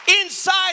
Inside